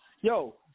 Yo